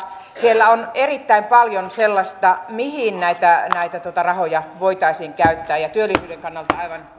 siellä on erittäin paljon sellaista mihin näitä näitä rahoja voitaisiin käyttää ja työllisyyden kannalta tämä on